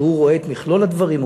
שרואה את מכלול הדברים,